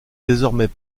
désormais